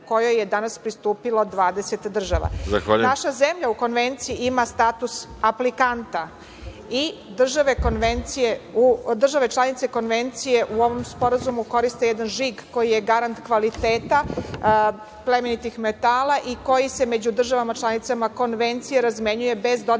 kojoj je danas pristupilo 20 država.(Predsedavajući: Zahvaljujem.)Naša zemlja u konvenciji ima status aplikanta i države članice konvencije u ovom sporazumu koriste jedan žig koji je garant kvaliteta plemenitih metala i koji se među državama članicama konvencije razmenjuje bez dodatnih